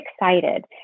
excited